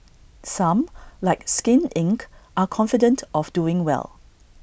some like skin Inc are confident of doing well